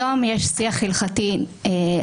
היום יש שיח הלכתי נרחב,